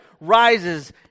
rises